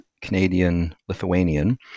Canadian-Lithuanian